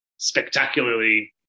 spectacularly